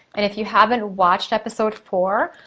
and if you haven't watched episode four,